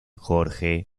jorge